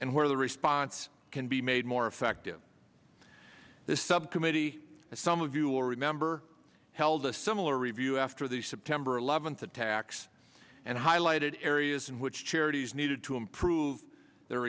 and where the response can be made more effective the subcommittee some of you will remember held a similar review after the september eleventh attacks and highlighted areas in which charities needed to improve their